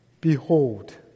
Behold